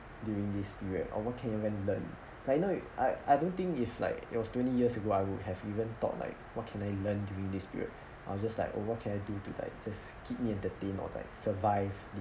during this period or what can you even learn like you know I I don't think if like it was twenty years ago I would have even thought like what can I learn during this period I was just like oh what can I do to like just keep me entertained or like survive